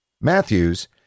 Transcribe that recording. Matthews